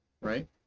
right